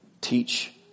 Teach